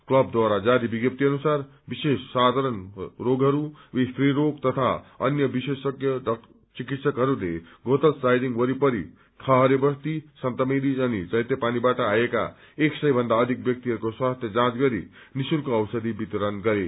club ढारा जारी विज्ञाप्ती अनुसार विशेष साधारण आम रोग स्त्री रोग तथा अन्य विशेषज्ञ चिकित्सकहरूले गोथल्स साइडिंग वरिपरि खहरे बस्ती सन्त मेरिज अनि चैतेपानीबाट आएका एक सय भन्दा अविक ब्यक्तिहरूको स्वास्थ्य जाँच गरि निश्चल्क औषषी वितरण गरे